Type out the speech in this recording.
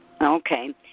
Okay